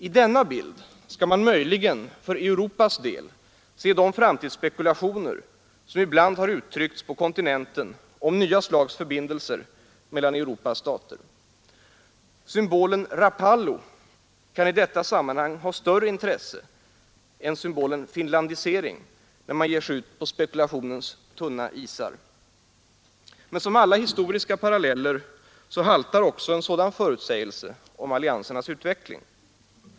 I denna bild skall man möjligen för Europas del se de framtidsspekulationer som ibland uttrycks på kontinenten om nya slags förbindelser mellan Europas stater. Symbolen ”Rapallo” kan i detta sammanhang ha större intresse än ”finlandisering” när man ger sig ut på spekulationens tunna isar. Men som alla historiska paralleller haltar också en sådan förutsägelse om alliansernas utveckling.